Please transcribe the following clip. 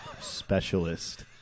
specialist